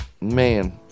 man